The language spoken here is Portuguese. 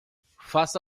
faça